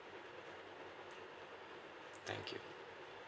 okay